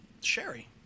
sherry